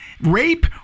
rape